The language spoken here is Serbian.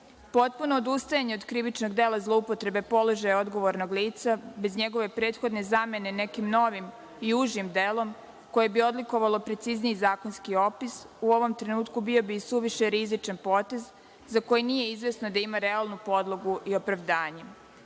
lice. Potpuno odustajanje od krivičnog dela zloupotreba krivičnog položaja odgovornog lica bez njegove prethodne zamene nekim novim i užim delom koje bi odlikovalo precizniji zakonski opis, u ovom trenutku bio bi suviše rizičan potez za koji nije izvesno da ima realnu podlogu i opravdanje.